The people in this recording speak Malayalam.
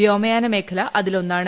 വ്യോമയാന മേ ഖല അതിൽ ഒന്നാണ്